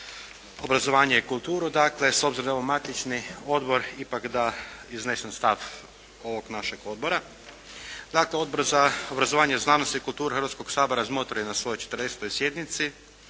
obrazovanje i kulturu. Dakle, s obzirom da je ovo matični odbor ipak da iznesem stav ovog našeg odbora. Dakle, Odbor za obrazovanje, znanost i kulturu Hrvatskog sabora razmotrio je na svojoj 40. sjednici